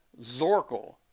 Zorkel